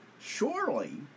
surely